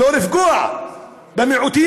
ולא לפגוע במיעוטים,